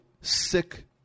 sick